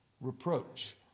reproach